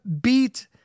beat